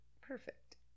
Perfect